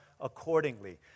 accordingly